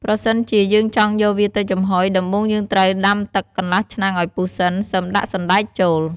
ប្រសិនជា យើងចង់យកវាទៅចំហុយ ដំបូងយើងត្រូវដាំទឹកកន្លះឆ្នាំងឲ្យពុះសិន សិមដាក់សណ្ដែកចូល។